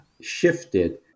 shifted